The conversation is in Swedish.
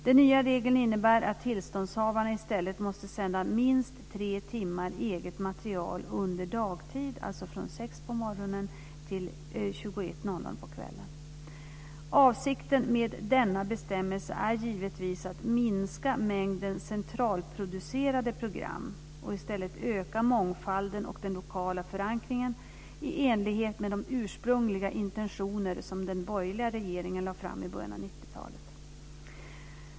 Den nya regeln innebär att tillståndshavarna i stället måste sända minst tre timmar eget material under dagtid, alltså från klockan 6 på morgonen till klockan 21 på kvällen. Avsikten med denna bestämmelse är givetvis att minska mängden centralproducerade program och i stället öka mångfalden och den lokala förankringen i enlighet med de ursprungliga intentioner som den borgerliga regeringen lade fram i början av 1990-talet.